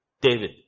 David